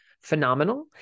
phenomenal